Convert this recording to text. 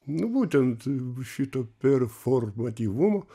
nu būtent šito performatyvumo